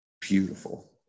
beautiful